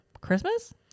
Christmas